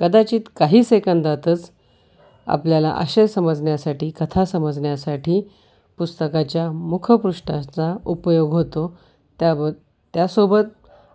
कदाचित काही सेकंदातच आपल्याला आशय समजण्यासाठी कथा समजण्यासाठी पुस्तकाच्या मुखपृष्ठाचा उपयोग होतो त्याब त्यासोबत